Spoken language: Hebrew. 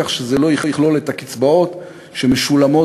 כך שזה לא יכלול את הקצבאות שמשולמות